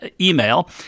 email